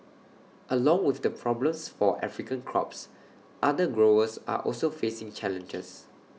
along with the problems for African crops other growers are also facing challenges